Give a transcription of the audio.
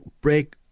break